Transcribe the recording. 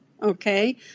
Okay